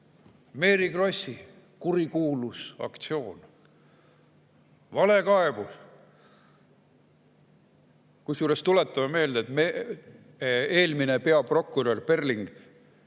Mary Krossi kurikuulus aktsioon: valekaebus. Kusjuures tuletame meelde, et eelmine peaprokurör Perling